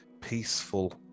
peaceful